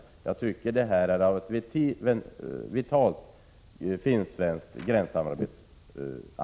Detta är en angelägenhet av vitalt intresse för det finsk-svenska gränssamarbetet.